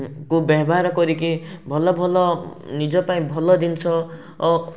କୁ ବ୍ୟବହାର କରିକି ଭଲ ଭଲ ନିଜ ପାଇଁ ଭଲ ଜିନିଷ ଓ